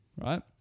Right